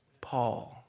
Paul